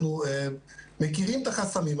אנחנו מכירים את החסמים.